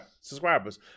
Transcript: subscribers